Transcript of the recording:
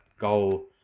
goal